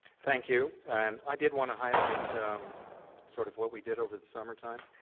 thank you, and i did wanna highlight sort of what we did over the summertime.